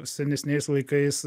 senesniais laikais